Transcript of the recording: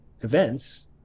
events